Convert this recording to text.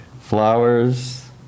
Flowers